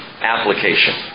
Application